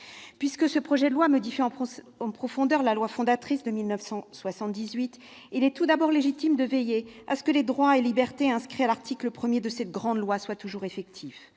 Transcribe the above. prise. Ce projet de loi tendant à modifier en profondeur la loi fondatrice de 1978, il est en premier lieu légitime de veiller à ce que les droits et libertés inscrits à l'article 1 de cette grande loi soient toujours effectifs.